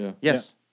Yes